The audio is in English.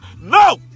No